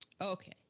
Okay